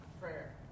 Prayer